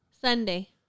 Sunday